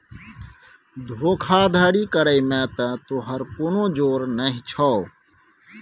धोखाधड़ी करय मे त तोहर कोनो जोर नहि छौ